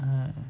um